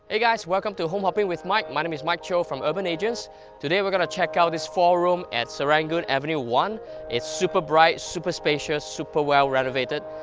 hey guys, welcome to home hopping with mike, my name is mike cho from urbanagents today we're gonna check out this four room at serangoon avenue one it's super bright, super spacious, super well renovated,